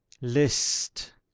List